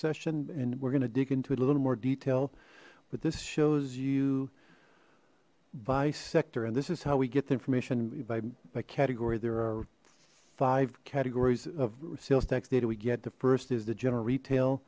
session and we're gonna dig into it a little more detail but this shows you by sector and this is how we get the information by category there are five categories of sales tax data we get the first is the general retail